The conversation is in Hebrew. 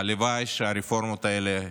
הלוואי שהרפורמות האלה יימשכו,